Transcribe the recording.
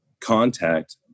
contact